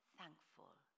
thankful